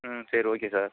ம் சரி okay sir